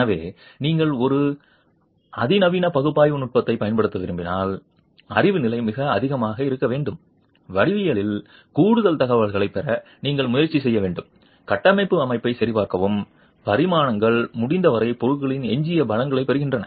எனவே நீங்கள் ஒரு அதிநவீன பகுப்பாய்வு நுட்பத்தைப் பயன்படுத்த விரும்பினால் அறிவு நிலை மிக அதிகமாக இருக்க வேண்டும் வடிவவியலில் கூடுதல் தகவல்களைப் பெற நீங்கள் முயற்சி செய்ய வேண்டும் கட்டமைப்பு அமைப்பை சரிபார்க்கவும் பரிமாணங்கள் முடிந்தவரை பொருளின் எஞ்சிய பலங்களைப் பெறுகின்றன